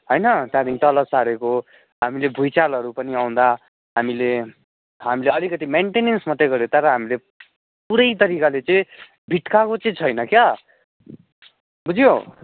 होइन त्यहाँदेखि तल सारेको हामीले भुइँचालोहरू पनि आउँदा हामीले हामीले अलिकति मेन्टेनेन्स मात्रै गर्यो तर हामीले पुरै तरिकाले चाहिँ भित्काएको चाहिँ छैन क्या बुझ्यौ